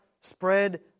spread